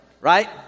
right